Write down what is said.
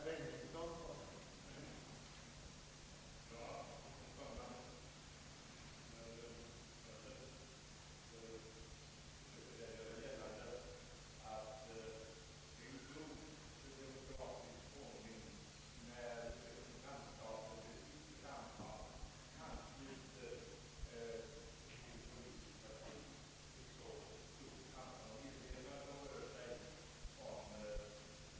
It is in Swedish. Det är bara en punkt som jag vill fästa kammarledamöternas uppmärksamhet på.